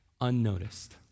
unnoticed